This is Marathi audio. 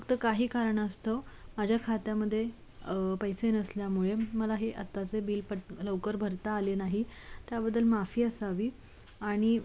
फक्त काही कारणास्तव माझ्या खात्यामध्ये पैसे नसल्यामुळे मला हे आत्ताचे बिल पट लवकर भरता आले नाही त्याबद्दल माफी असावी आणि